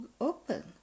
open